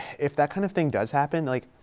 if that kind of thing does happen, like